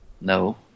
No